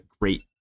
great